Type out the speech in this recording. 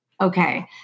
okay